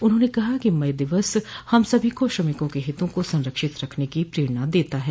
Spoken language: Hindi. उन्होंने कहा कि मई दिवस हम सभी को श्रमिकों के हितों का संरक्षित रखने की प्रेरणा देता है